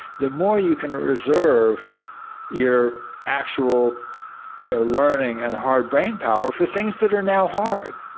the more you can reserve your actual year learning and hard brainpower for things that are now hard.